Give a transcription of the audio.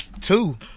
Two